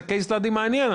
זה קייס סטאדי מעניין.